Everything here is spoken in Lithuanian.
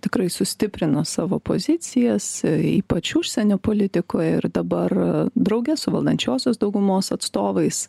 tikrai sustiprino savo pozicijas ypač užsienio politikoj ir dabar drauge su valdančiosios daugumos atstovais